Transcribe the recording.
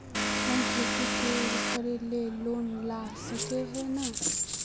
हम खेती करे ले लोन ला सके है नय?